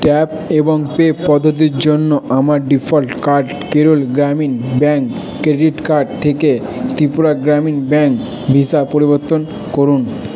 tap এবং pay পদ্ধতির জন্য আমার default card Kerala Gramin bank credit card থেকে ত্রিপুরা গ্রামীণ ব্যাংক ভিসা পরিবর্তন করুন